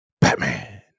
Batman